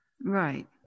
Right